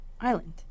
island